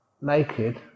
naked